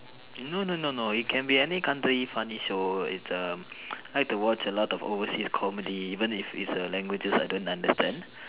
no no no no it can be any country funny show it's um like to watch a lot of overseas comedy then even if it's a languages I don't understand